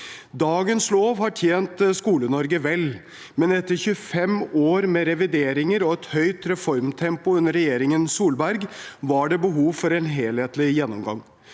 Dagens lov har tjent Skole-Norge vel, men etter 25 år med revideringer og et høyt reformtempo under regjeringen Solberg var det behov for en helhetlig gjennomgang.